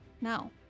Now